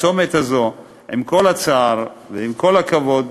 הצומת הזה, עם כל הצער ועם כל הכבוד,